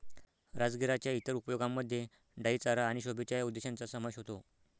राजगिराच्या इतर उपयोगांमध्ये डाई चारा आणि शोभेच्या उद्देशांचा समावेश होतो